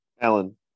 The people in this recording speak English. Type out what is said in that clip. Alan